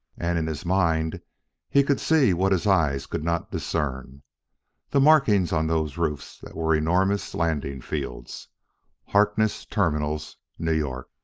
and in his mind he could see what his eyes could not discern the markings on those roofs that were enormous landing fields harkness terminals, new york.